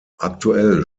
aktuell